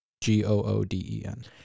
G-O-O-D-E-N